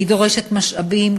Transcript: והיא דורשת משאבים,